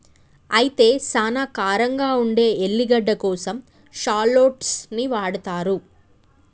అయితే సానా కారంగా ఉండే ఎల్లిగడ్డ కోసం షాల్లోట్స్ ని వాడతారు